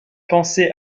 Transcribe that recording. pensé